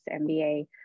MBA